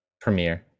premiere